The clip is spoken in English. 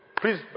Please